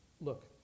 look